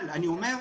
אבל אני אומר,